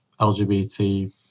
LGBT